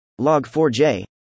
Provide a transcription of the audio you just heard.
Log4j